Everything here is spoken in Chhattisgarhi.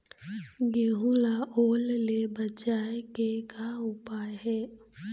गेहूं ला ओल ले बचाए के का उपाय हे?